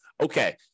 okay